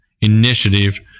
initiative